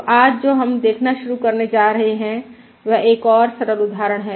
तो आज जो हम देखना शुरू करने जा रहे हैं वह एक और सरल उदाहरण है